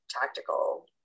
tactical